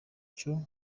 cyo